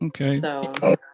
Okay